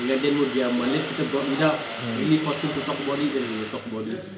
dengan dan pun diam unless kita brought it up really force him to talk about it then he will talk about it